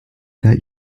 that